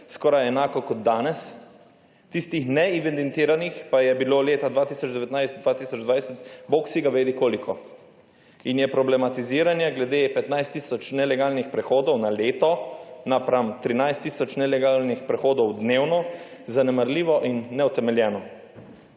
skoraj enaka kot danes, tistih neevidentiranih pa je bilo leta 2019, 2020, bog vsi ga vedi koliko. In je problematiziranje glede 15 tisoč nelegalnih prehodov na leto napram 13 tisoč nelegalnih prehodov dnevno, zanemarljivo in neutemeljeno.